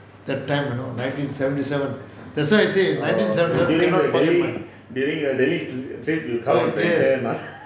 that time you know nineteen seventy seven that's why I say nineteen seventy seven cannot அதான்:athan yes